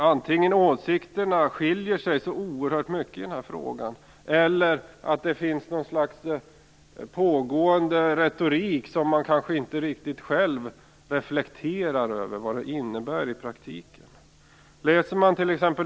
Antingen skiljer sig åsikterna oerhört mycket i den här frågan, eller också finns det ett slags pågående retorik. Man kanske inte riktigt reflekterar över vad den i praktiken innebär.